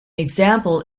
example